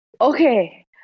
Okay